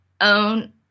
own